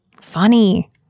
funny